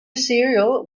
serial